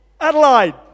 Adelaide